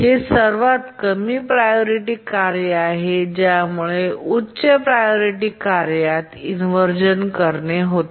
हे सर्वात कमी प्रायोरिटी कार्य आहे ज्यामुळे उच्च प्रायोरिटी कार्यात इन्व्हरझन करणे होते